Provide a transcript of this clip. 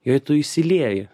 jei tu išsilieji